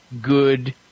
good